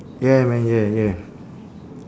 yeah man yeah yeah